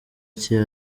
cye